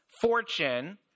fortune